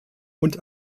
und